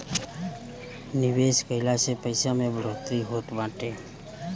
निवेश कइला से पईसा में बढ़ोतरी होत बाटे